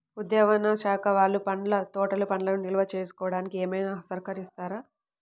ఉద్యానవన శాఖ వాళ్ళు పండ్ల తోటలు పండ్లను నిల్వ చేసుకోవడానికి ఏమైనా సహకరిస్తారా?